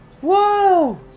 Whoa